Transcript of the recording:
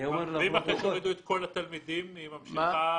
ואם אחרי שהורידו את כל התלמידים היא ממשיכה?